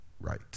right